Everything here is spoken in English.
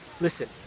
listen